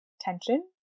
tension